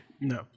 no